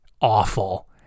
awful